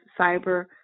cyber